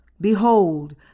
Behold